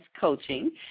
Coaching